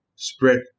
spread